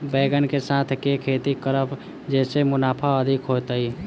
बैंगन कऽ साथ केँ खेती करब जयसँ मुनाफा अधिक हेतइ?